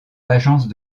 l’agence